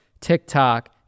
TikTok